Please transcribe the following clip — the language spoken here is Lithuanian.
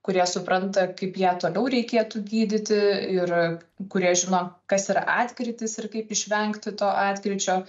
kurie supranta kaip ją toliau reikėtų gydyti ir kurie žino kas yra atkrytis ir kaip išvengti to atkryčio